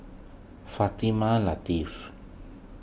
Fatimah Lateef